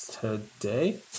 Today